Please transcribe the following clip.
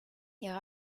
ihre